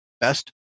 Best